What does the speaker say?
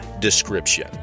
Description